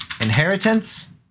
inheritance